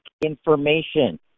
information